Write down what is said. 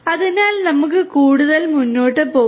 അതിനാൽ നമുക്ക് കൂടുതൽ മുന്നോട്ട് പോകാം